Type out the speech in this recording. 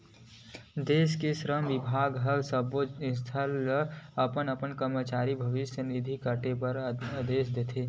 देस के श्रम बिभाग ह सब्बो संस्था ल अपन करमचारी के भविस्य निधि काटे बर आदेस देथे